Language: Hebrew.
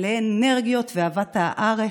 מלאי אנרגיות ואהבת הארץ.